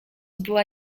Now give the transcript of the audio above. była